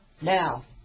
Now